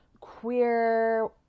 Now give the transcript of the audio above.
queer